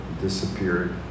disappeared